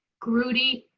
gruddy.